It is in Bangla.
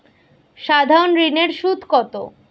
সাধারণ ঋণের সুদ কত?